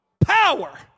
power